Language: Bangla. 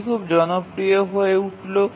এটি খুব জনপ্রিয় হয়ে উঠল